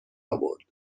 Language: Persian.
آورد